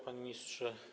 Panie Ministrze!